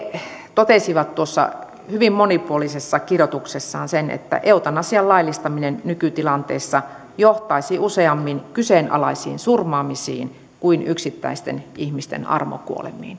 totesivat tuossa hyvin monipuolisessa kirjoituksessaan sen että eutanasian laillistaminen nykytilanteessa johtaisi useammin kyseenalaisiin surmaamisiin kuin yksittäisten ihmisten armokuolemiin